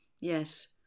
Yes